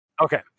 Okay